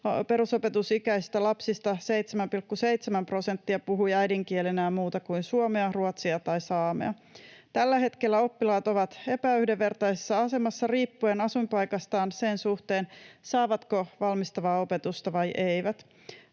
perusopetusikäisistä lapsista 7,7 prosenttia puhui äidinkielenään muuta kuin suomea, ruotsia tai saamea. Tällä hetkellä oppilaat ovat epäyhdenvertaisessa asemassa riippuen asuinpaikastaan sen suhteen, saavatko valmistavaa opetusta vai eivät.